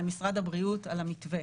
למשרד הבריאות על המתווה.